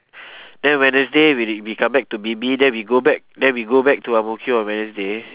then wednesday we we come back to B_B then we go back then we go back to ang mo kio on wednesday